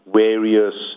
various